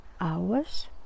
hours